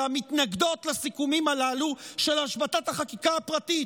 מתנגדות לסיכומים הללו של השבתת החקיקה הפרטית,